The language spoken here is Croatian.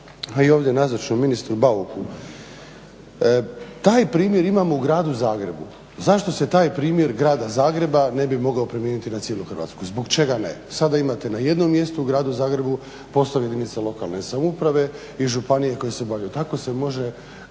a i ovdje nazočnom ministru Bauku, taj primjer imamo u gradu Zagrebu. Zašto se taj primjer grada Zagreba ne bi mogao primijeniti na cijelu Hrvatsku? Zbog čega ne? Sada imate na jednom mjestu u gradu Zagrebu postavljene jedinice lokalne samouprave i županije koje se obavljaju, tako se može